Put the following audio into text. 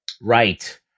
Right